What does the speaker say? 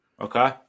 Okay